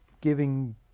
giving